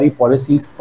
policies